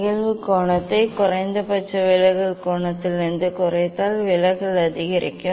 நிகழ்வு கோணத்தை குறைந்தபட்ச விலகல் கோணத்திலிருந்து குறைத்தால் விலகல் அதிகரிக்கும்